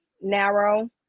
narrow